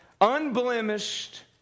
unblemished